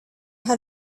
how